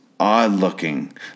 Odd-looking